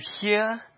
hear